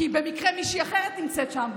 כי במקרה מישהי אחרת נמצאת שם,